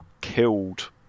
killed